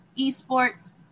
eSports